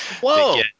Whoa